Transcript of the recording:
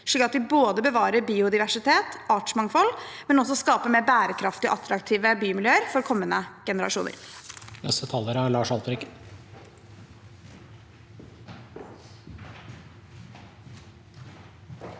slik at vi bevarer biodiversitet og artsmangfold, men også skaper mer bærekraftige og attraktive bymiljøer for kommende generasjoner.